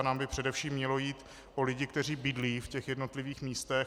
Nám by především mělo jít o lidi, kteří bydlí v těch jednotlivých místech.